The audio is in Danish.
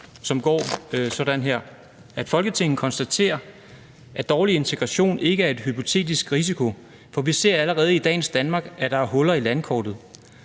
til vedtagelse »Folketinget konstaterer, at dårlig integration ikke er en hypotetisk risiko, for vi ser allerede i dagens Danmark, at der er huller i landkortet.